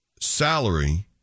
salary